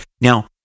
Now